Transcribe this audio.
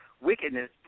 wickedness